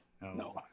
No